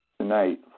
tonight